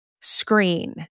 screen